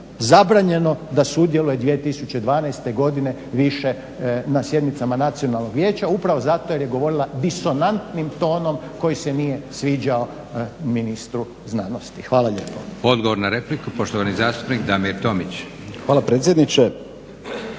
zabranjeno da sudjeluje 2012.godine više na sjednicama Nacionalnog vijeća upravo zato jer je govorila disonantnim tonom koji se nije sviđao ministru znanosti. Hvala lijepo.